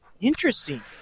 Interesting